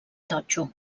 totxo